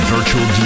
Virtual